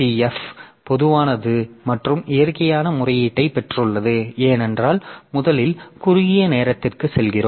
F பொதுவானது மற்றும் இயற்கையான முறையீட்டைப் பெற்றுள்ளது ஏனென்றால் முதலில் குறுகிய நேரத்திற்கு செல்கிறோம்